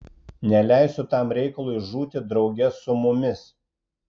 neleisiu tam reikalui žūti drauge su mumis